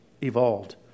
evolved